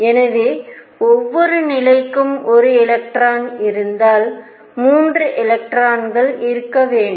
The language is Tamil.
எனவே ஒவ்வொரு நிலைக்கும் ஒரு எலக்ட்ரான் இருந்தால் 3 எலக்ட்ரான்கள் இருக்க வேண்டும்